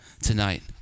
tonight